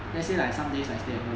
let's say like some days I stay at home